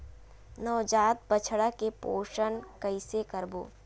नवजात बछड़ा के पोषण कइसे करबो?